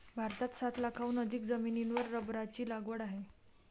भारतात सात लाखांहून अधिक जमिनीवर रबराची लागवड आहे